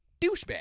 Douchebag